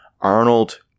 Arnold